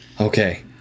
Okay